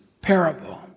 parable